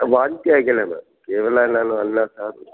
ವಾಂತಿ ಆಗಿಲ್ಲ ಮೇಡಮ್ ಕೇವಲ ನಾನು ಅನ್ನ ಸಾರು